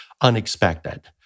unexpected